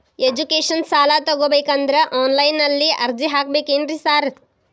Education ಸಾಲ ತಗಬೇಕಂದ್ರೆ online ನಲ್ಲಿ ಅರ್ಜಿ ಹಾಕ್ಬೇಕೇನ್ರಿ ಸಾರ್?